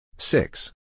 Six